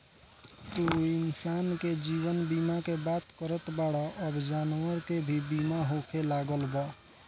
तू इंसान के जीवन बीमा के बात करत बाड़ऽ अब जानवर के भी बीमा होखे लागल बा